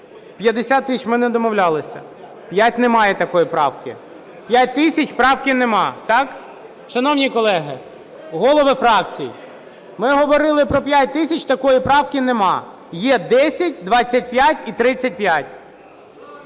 50 тисяч – ми не домовлялися. 5 – немає такої правки. 5 тисяч – правки нема. Так? Шановні колеги голови фракцій, ми говорили про 5 тисяч, такої правки нема. Є 10, 25 і 35.